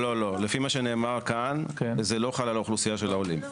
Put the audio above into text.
לפי מה שנאמר פה לא חל על אוכלוסיית העולים.